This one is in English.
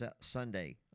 Sunday